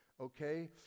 Okay